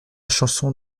chanson